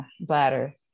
bladder